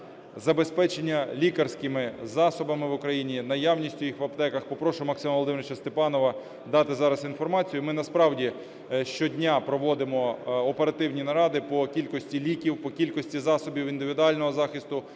забезпечення лікарськими засобами в Україні, наявністю їх в аптеках, попрошу Максима Володимировича Степанова дати зараз інформацію. Ми насправді щодня проводимо оперативні наради по кількості ліків, по кількості засобів індивідуального захисту